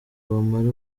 bamare